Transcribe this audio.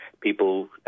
people